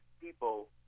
people